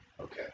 Okay